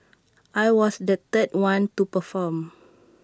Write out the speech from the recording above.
I was the third one to perform